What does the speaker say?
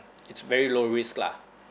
it's very low risk lah